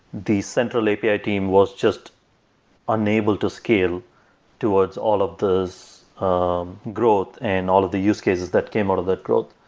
the central api team was just unable to scale towards all of these um growth and all of the use cases that came out of that growth.